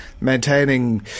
maintaining